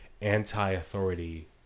anti-authority